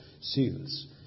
seals